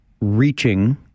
reaching